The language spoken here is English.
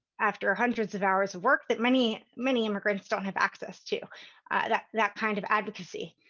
after hundreds of hours of work that many many immigrants don't have access to that that kind of advocacy.